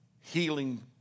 healing